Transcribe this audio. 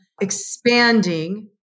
expanding